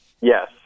Yes